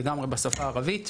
שאליו יכול לפנות כל אדם.